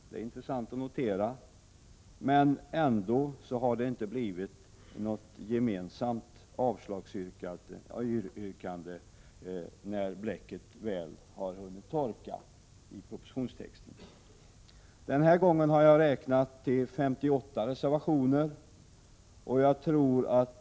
Detta är intressant att notera. Men ändå har de inte åstadkommit något gemensamt avslagsyrkande, när bläcket i propositionstexten väl har hunnit torka. Denna gång har jag räknat till 58 reservationer.